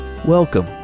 Welcome